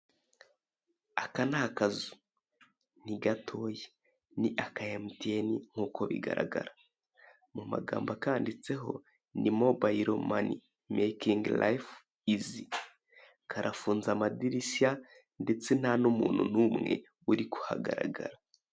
Aka ni akazi, ni gatoya. Ni aka MTN nkuko bigaragara. Mu magambo akanditseho ni mobilo mani makingi rifu izi. Karafunze amadirishya ndetse nta n'umuntu n'umwe ri kuhagaragara.